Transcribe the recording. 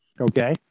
Okay